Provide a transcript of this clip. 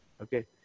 Okay